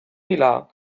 vilar